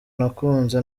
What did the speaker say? nakunze